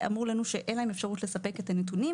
אמרו לנו שאין להם אפשרות לספק את הנתונים